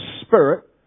Spirit